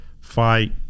fight